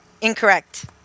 Incorrect